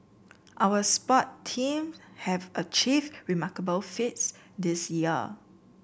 our sport team have achieved remarkable feats this year